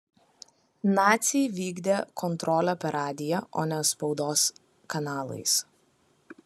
naciai vykdė kontrolę per radiją o ne spaudos kanalais